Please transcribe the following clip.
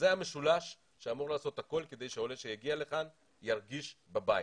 זה המשולש שאמור לעשות הכול כדי שהעולה שמגיע לכאן ירגיש בבית.